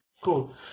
Cool